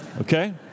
Okay